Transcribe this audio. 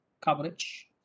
coverage